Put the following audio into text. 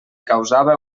causava